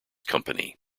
company